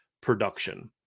production